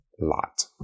lot